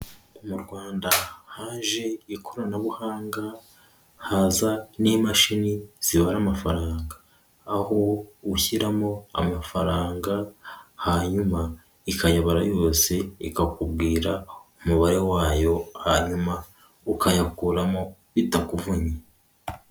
Mu Rwanda haje ikoranabuhanga, haza n'imashini zibara amafaranga. Aho ushyiramo amafaranga hanyuma ikayayabara yose, ikakubwira umubare wayo hanyuma ukayakuramo bitakuvunnye.